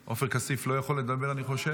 עופר כסיף לא יכול לדבר, אני חושב.